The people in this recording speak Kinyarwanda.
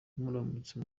muramutse